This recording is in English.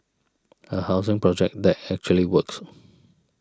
a housing project that actually works